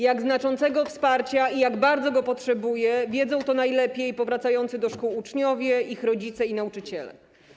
Jak znaczącego wsparcia i jak bardzo go potrzebuje - wiedzą to najlepiej powracający do szkół uczniowie, ich rodzice i nauczyciele.